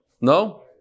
No